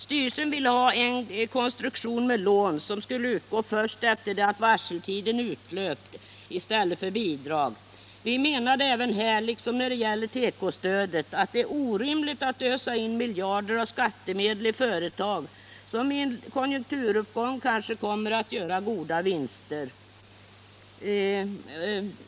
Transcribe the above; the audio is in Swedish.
Styrelsen ville i stället för bidrag ha en konstruktion med lån som skulle utgå först efter det att varseltiden utlöpt. Vi menar, här liksom när det gäller tekostödet, att det är orimligt att ösa in miljarder av skattemedel i företag som i en konjunkturuppgång kanske kommer att göra goda vinster.